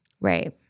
Right